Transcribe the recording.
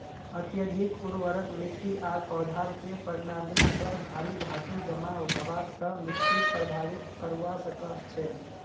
अत्यधिक उर्वरक मिट्टी आर पौधार के प्रणालीत पर भारी धातू जमा हबार स मिट्टीक प्रभावित करवा सकह छह